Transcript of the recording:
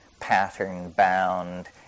pattern-bound